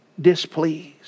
displeased